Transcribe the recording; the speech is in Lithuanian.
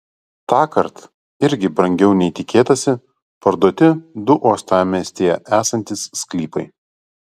tąkart irgi brangiau nei tikėtasi parduoti du uostamiestyje esantys sklypai